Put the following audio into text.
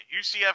ucf